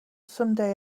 someday